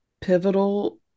pivotal